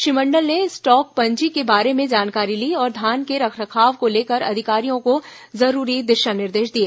श्री मंडल ने स्टाक पंजी के बारे में जानकारी धान के रखरखाव को लेकर अधिकारियों को जरूरी दिशा निर्देश दिए